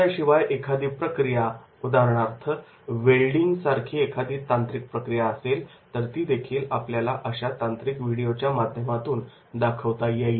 याशिवाय एखादी प्रक्रिया उदाहरणार्थ वेल्डिंग सारखी एखादी तांत्रिक प्रक्रिया असेल तर ती देखील आपल्याला अशा तांत्रिक व्हिडिओच्या माध्यमातून दाखवता येईल